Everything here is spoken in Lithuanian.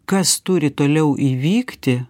kas turi toliau įvykti